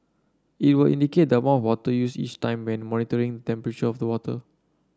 it will indicate the amount of water used each time while monitoring temperature of the water